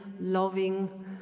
loving